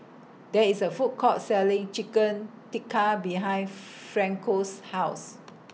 There IS A Food Court Selling Chicken Tikka behind Franco's House